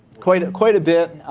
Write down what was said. quite quite a bit.